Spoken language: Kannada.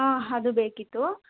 ಹಾಂ ಅದು ಬೇಕಿತ್ತು